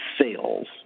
sales